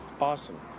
awesome